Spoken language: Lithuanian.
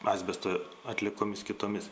asbesto atliekomis kitomis